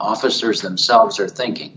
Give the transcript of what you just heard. officers themselves are thinking